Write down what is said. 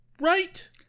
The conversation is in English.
Right